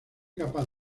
capaz